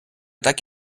так